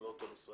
לא אותו משרד.